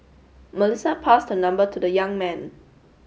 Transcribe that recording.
Melissa passed her number to the young man